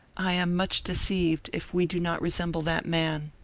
i am much deceived if we do not resemble that man.